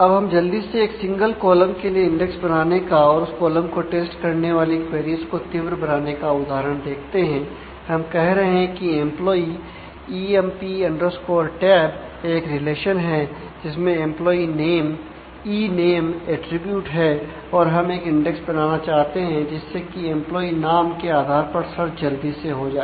अब हम जल्दी से एक सिंगल कॉलम के आधार पर सर्च जल्दी से हो जाए